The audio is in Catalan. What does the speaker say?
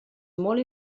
molt